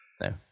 No